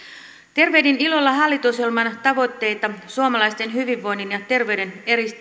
tervehdin ilolla hallitusohjelman tavoitteita suomalaisten hyvinvoinnin ja terveyden